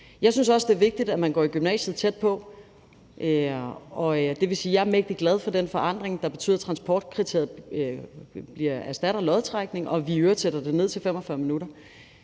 Jeg synes også, det er vigtigt, at man går i gymnasium tæt på, og det vil sige, at jeg er mægtig glad for den forandring, der betyder, at transportkriteriet erstatter lodtrækning, og at vi i øvrigt sætter det ned til 45 minutter.